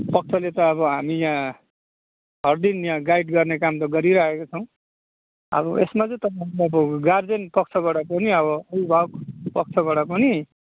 पक्षले त अब हामी यहाँ हर दिन गाइड गर्ने काम त गरिरखेको छौँ अब यसमा चाहिँ तपाईँहरू अब गार्जियन पक्षबाट पनि अब अभिभावक पक्षबाट पनि